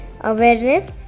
awareness